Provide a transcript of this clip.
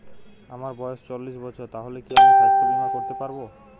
আমার বয়স চল্লিশ বছর তাহলে কি আমি সাস্থ্য বীমা করতে পারবো?